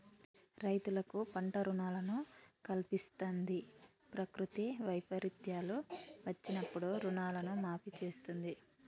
రైతులకు పంట రుణాలను కల్పిస్తంది, ప్రకృతి వైపరీత్యాలు వచ్చినప్పుడు రుణాలను మాఫీ చేస్తుంది